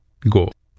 Go